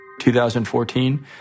2014